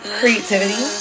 creativity